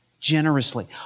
generously